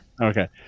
okay